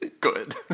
good